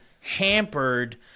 hampered